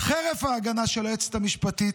חרף ההגנה של היועצת המשפטית,